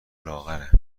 لاغره